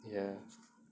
ya